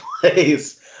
place